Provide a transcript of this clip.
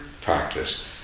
practice